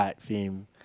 theme